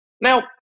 Now